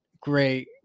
great